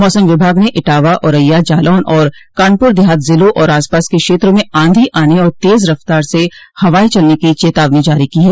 मौसम विभाग ने इटावा औरैया जालौन और कानपुर देहात जिलों और आसपास के क्षेत्रों में आंधी आने और तेज रफ्तार से हवाएं चलने की चेतावनी जारी की है